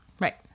Right